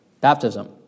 baptism